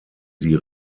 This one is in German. die